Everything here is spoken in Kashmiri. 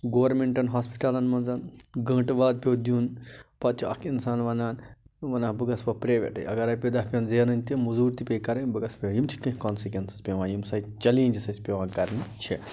گورمٮ۪نٛٹَن ہاسپِٹَلَن منٛز گٲنٹہٕ واد پیوٚو دیُن پتہٕ چھِ اَکھ اِنسان وَنان وَنان بہٕ گَژھٕ وۄنۍ پرٛیویٹٕے اگر رۄپیہِ دَہ پٮ۪ن زینںٕۍ تہِ مٔزوٗرۍ تہِ پیٚیہِ کَرٕنۍ بہٕ گَژھٕ یِم چھِ کیٚنٛہہ کانسِکیُنسٕز پٮ۪وان ییٚمہِ سۭتۍ چَلینجِز اَسہِ پٮ۪وان کَرنہِ چھِ